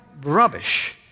rubbish